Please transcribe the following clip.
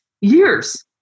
years